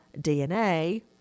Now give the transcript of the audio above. dna